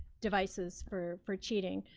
devices for for cheating,